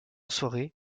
soirée